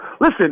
Listen